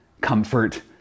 comfort